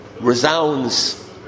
resounds